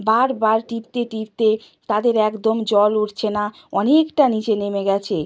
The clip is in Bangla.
বার বার টিপতে টিপতে তাদের একদম জল উঠছে না অনেকটা নিচে নেমে গিয়েছে